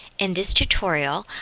in this tutorial,